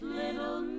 little